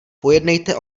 pojednejte